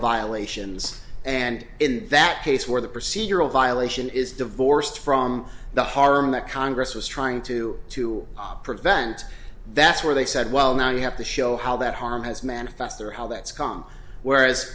violations and in that case where the procedural violation is divorced from the harm that congress was trying to to prevent that's where they said well now you have to show how that harm has manifest there how that's come whereas